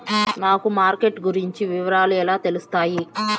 నాకు మార్కెట్ గురించి వివరాలు ఎలా తెలుస్తాయి?